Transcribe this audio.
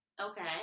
Okay